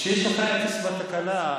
כשיש לך אפס בתקנה,